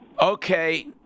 Okay